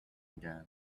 again